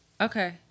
Okay